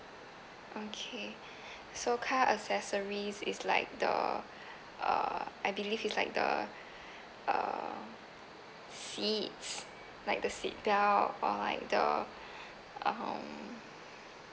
okay so car accessories is like the uh I believe is like the uh seats like the seat belt or like the um